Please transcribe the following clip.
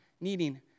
needing